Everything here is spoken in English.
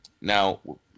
Now